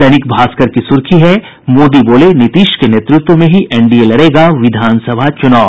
दैनिक भास्कर की सुर्खी है मोदी बोले नीतीश के नेतृत्व में ही एनडीए लड़ेगा विधान सभा चुनाव